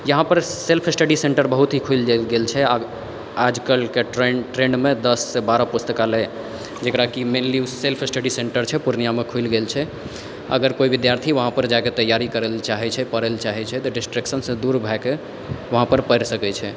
यहाँपर self study centre बहुत ही खुलि गेल छै अब आज कलके ट्रेंड ट्रेंडमे दससँ बारह पुस्तकालय जकराकी मेनली सेल्फ़ स्टडी सेंटर छै पूर्णियामे खुलि गेल छै अगर कोई विद्यार्थी वहाँपर जाके तैयारी करै लए चाहै छै पढ़ै लऽ चाहै छै तऽ डिस्ट्रैक्शनसँ दूर भए के वहाँपर पढ़ि सकै छै